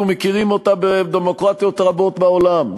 מכירים אותה בדמוקרטיות רבות בעולם,